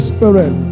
Spirit